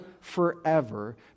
forever